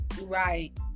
Right